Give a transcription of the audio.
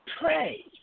pray